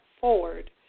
forward